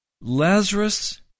Lazarus